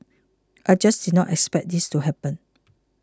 I just did not expect this to happen